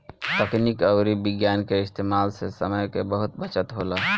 तकनीक अउरी विज्ञान के इस्तेमाल से समय के बहुत बचत होला